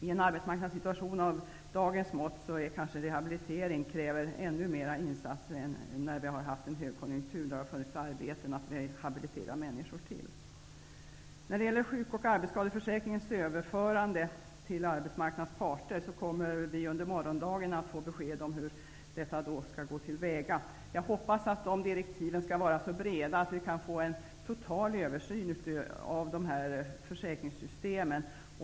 I en arbetsmarknadssituation som dagens kanske rehabilitering kräver ännu mera insatser än när vi hade en högkonjunktur, då det fanns arbeten att rehabilitera människor till. Hur man skall gå till väga för att föra över sjukoch arbetsskadeförsäkringarna till arbetsmarknadens parter kommer vi att få besked om under morgondagen. Jag hoppas att direktiven skall vara så breda att vi kan få en total översyn av de här försäkringssystemen.